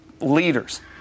leaders